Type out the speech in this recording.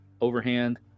overhand